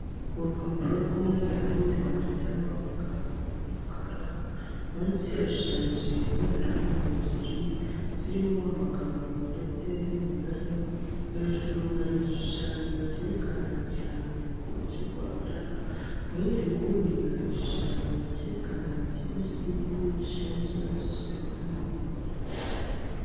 Urupapuro rw'umweru rwanditseho amagambo y'umukara, munsi hashushanyije imbonerahamwe ebyeri zirimo amagambo ndetse n'imibare, hejuru hari igishushanyo kerekana ikirangantego cy'u Rwanda, muyindi nguni hari igishushanyo kerekana ikigo cy'igihugu gishinzwe umusoro n'amahoro.